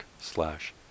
slash